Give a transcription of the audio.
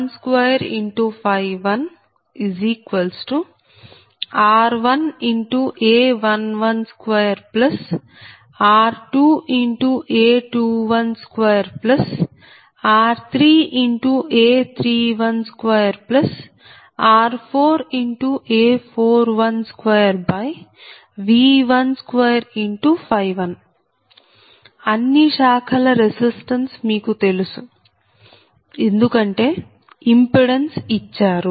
B11 K14AK12RKV121 R1A112R2A212R3A312R4A412V121 అన్ని శాఖల resistance మీకు తెలుసు ఎందుకంటే ఇంపిడెన్స్ ఇచ్చారు